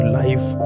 life